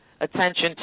attention